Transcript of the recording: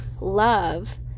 love